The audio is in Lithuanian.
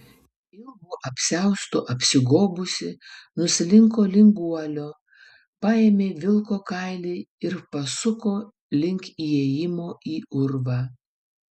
ilgu apsiaustu apsigobusi nuslinko link guolio paėmė vilko kailį ir pasuko link įėjimo į urvą